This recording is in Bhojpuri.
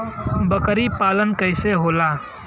बकरी पालन कैसे होला?